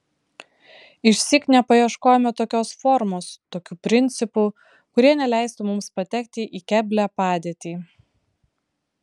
išsyk nepaieškojome tokios formos tokių principų kurie neleistų mums patekti į keblią padėtį